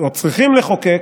או צריכים לחוקק,